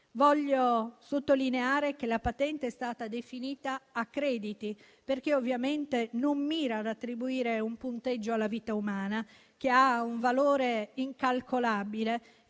Vorrei sottolineare che la patente è stata definita a crediti, perché ovviamente non mira ad attribuire un punteggio alla vita umana, che ha un valore incalcolabile